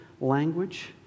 language